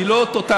היא לא טוטלית.